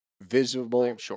Visible